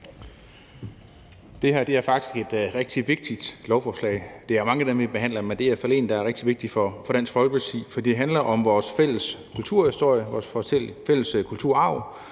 er faktisk rigtig vigtigt; det er mange af dem, vi behandler. Men det her forslag er rigtig vigtigt for Dansk Folkeparti, for det handler om vores fælles kulturhistorie, vores fælles kulturarv